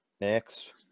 Next